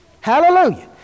Hallelujah